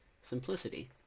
simplicity